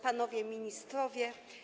Panowie Ministrowie!